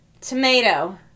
tomato